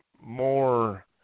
more